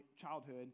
childhood